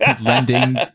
lending